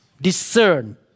discern